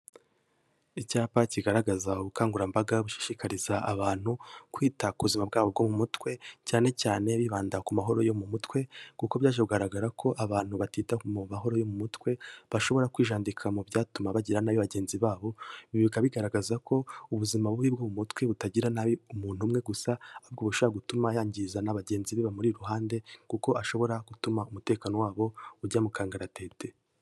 Icyapa kigaragaza ubukangurambaga bushishikariza abantu kwita kuzima bwabo bwo mu mutwe, cyane cyane bibanda ku mahoro yo mu mutwe kuko byaje kugaragara ko abantu batita mu mahoro yo mu mutwe, bashobora kwijandika mu byatuma bagirana nabi bagenzi babo, ibi bikaba bigaragaza ko ubuzima bubi bwo mu mutwe butagirira nabi umuntu umwe gusa, ahubwo bushobora gutuma yangiza n'abagenzi be bamuri iruhande kuko ashobora gutuma umutekano wabo ujya mu kangaratete.